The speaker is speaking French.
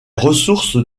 ressources